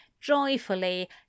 joyfully